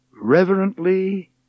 Reverently